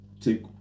take